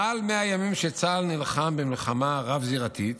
מעל 100 ימים שצה"ל נלחם במלחמה רב-זירתית,